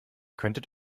könntet